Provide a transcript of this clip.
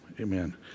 Amen